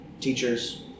teachers